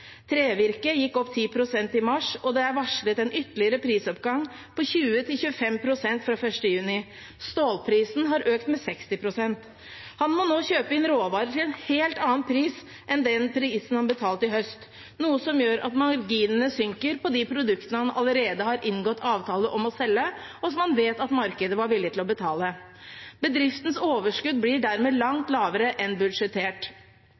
gikk opp med 10 pst. i mars, og det er varslet en ytterligere prisoppgang på 20–25 pst. fra 1. juni. Stålprisen har økt med 60 pst. Han må nå kjøpe inn råvarer til en helt annen pris enn den prisen han betalte i høst, noe som gjør at marginene synker på de produktene han allerede har inngått avtale om å selge, og som han vet at markedet var villig til å betale for. Bedriftens overskudd blir dermed langt lavere enn budsjettert.